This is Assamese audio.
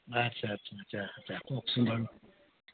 আচ্ছা আচ্ছা আচ্ছা আচ্ছা কওকচোন বাৰু